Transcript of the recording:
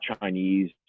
Chinese